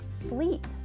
sleep